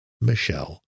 Michelle